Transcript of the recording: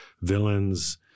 villains